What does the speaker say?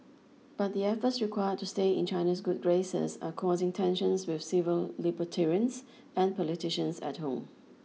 but the efforts required to stay in China's good graces are causing tensions with civil libertarians and politicians at home